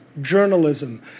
journalism